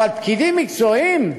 אבל פקידים מקצועיים,